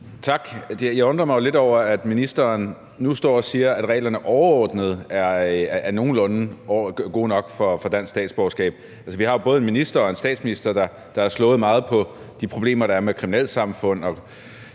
Tak. Jeg undrer mig jo lidt over, at ministeren nu står og siger, at reglerne for dansk statsborgerskab overordnet er nogenlunde gode nok. Vi har jo både en minister og en statsminister, der har slået meget på de problemer, der er, med parallelsamfund